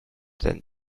than